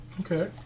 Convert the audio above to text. Okay